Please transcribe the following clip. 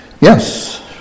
Yes